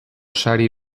sari